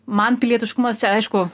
man pilietiškumas čia aišku